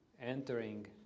entering